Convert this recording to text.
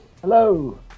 hello